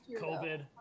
COVID